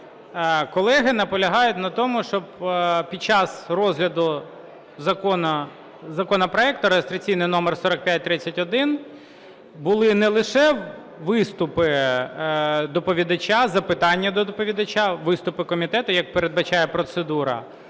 колеги наполягають на тому, щоб під час розгляду законопроекту (реєстраційний номер 453) були не лише виступи доповідача, запитання до доповідача, виступи комітету, як передбачає процедура,